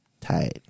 tight